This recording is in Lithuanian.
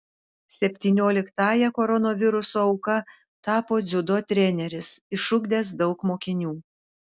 septynioliktąja koronaviruso auka tapo dziudo treneris išugdęs daug mokinių